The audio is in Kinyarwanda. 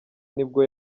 nibwo